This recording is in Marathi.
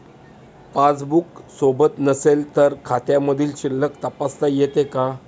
पासबूक सोबत नसेल तर खात्यामधील शिल्लक तपासता येते का?